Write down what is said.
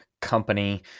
company